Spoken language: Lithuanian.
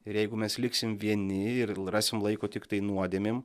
ir jeigu mes liksim vieni ir rasim laiko tiktai nuodėmėm